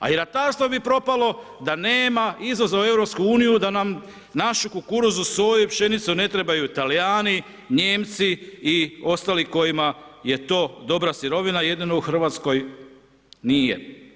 I ratarstvo bi propalo da nema izvoza u EU-u, da nam našu kukuruzu, soju, pšenicu ne trebaju Talijani, Nijemci i ostali kojima je to dobra sirovina, jedino u Hrvatskoj nije.